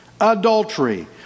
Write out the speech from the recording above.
Adultery